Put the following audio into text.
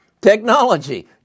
Technology